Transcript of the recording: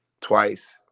twice